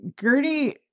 Gertie